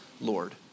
Lord